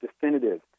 definitive